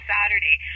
Saturday